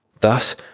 Thus